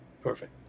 perfect